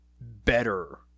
better